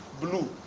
blue